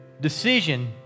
Decision